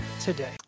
today